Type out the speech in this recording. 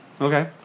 Okay